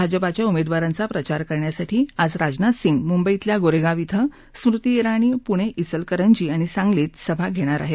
भाजपाच्या उमेदवारांचा प्रचार करण्यासाठी आज राजनाथ सिंह मुंबईतल्या गोरेगाव इथं स्मृती इराणी पुणे इचलकरंजी आणि सांगलीत सभा घेणार आहेत